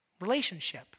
Relationship